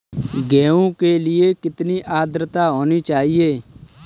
गेहूँ के लिए कितनी आद्रता होनी चाहिए?